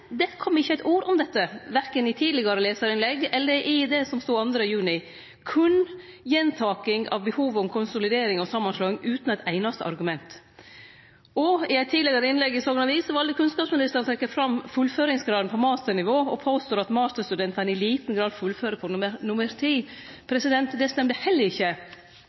det kom ikkje eit ord om dette, verken i tidlegare lesarinnlegg eller i det som stod 2. juni, berre gjentaking av behovet for konsolidering og samanslåing, utan eit einaste argument. I eit tidlegare innlegg i Sogn avis valde kunnskapsministeren å trekkje fram fullføringsgraden på masternivå og påsto at masterstudentane i liten grad fullførte på normert tid. Det stemte heller ikkje.